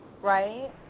right